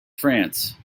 france